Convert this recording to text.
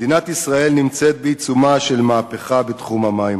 מדינת ישראל נמצאת בעיצומה של מהפכה בתחום המים,